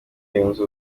yunze